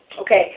Okay